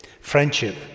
friendship